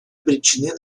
обречены